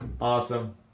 Awesome